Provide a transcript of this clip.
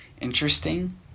interesting